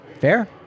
Fair